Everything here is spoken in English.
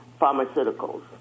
pharmaceuticals